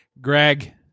Greg